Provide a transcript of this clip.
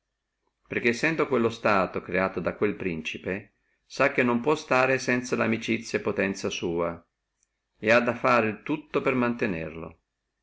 perché sendo quello stato creato da quello principe sa che non può stare sanza lamicizia e potenzia sua et ha a fare tutto per mantenerlo